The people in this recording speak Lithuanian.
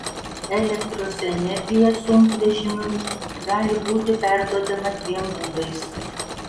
elektros energija sunkvežimiui gali būti perduodama dviem būdais